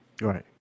Right